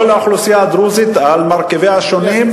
כל האוכלוסייה הדרוזית, על מרכיביה השונים,